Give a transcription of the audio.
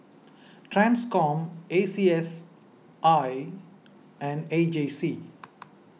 Transcom A C S I and A J C